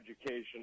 education